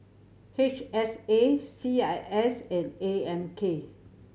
H S A C I S and A M K